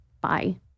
Bye